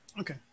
Okay